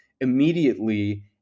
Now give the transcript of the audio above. immediately